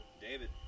David